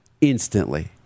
instantly